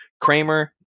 Kramer